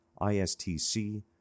ISTC